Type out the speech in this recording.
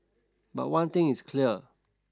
but one thing is clear